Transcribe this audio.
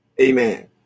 Amen